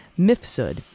Mifsud